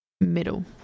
middle